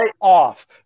off